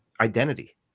identity